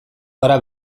gara